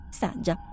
saggia